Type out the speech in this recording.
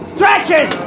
Stretches